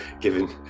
given